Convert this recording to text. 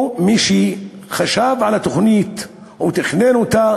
או מי שחשב על התוכנית או תכנן אותה,